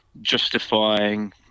justifying